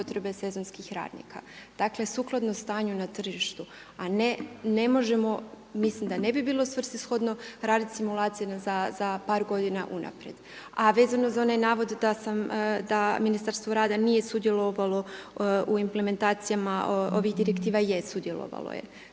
potrebe sezonskih radnika, dakle sukladno stanju na tržištu, a ne možemo, mislim da ne bi bilo svrsishodno raditi simulacije za par godina unaprijed. A vezano za onaj navod da Ministarstvo rada nije sudjelovalo u implementacijama, ovih direktiva je sudjelovalo je,